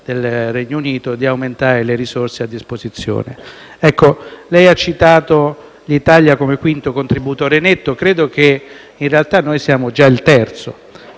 del Regno Unito, di aumentare le risorse a disposizione. Lei ha citato l'Italia come quinto contributore netto. Credo che, in realtà, noi siamo già il terzo.